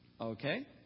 Okay